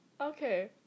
Okay